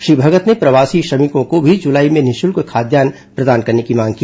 श्री भगत ने प्रवासी श्रमिकों को भी जुलाई में निःशुल्क खाद्यान्न प्रदान करने की मांग की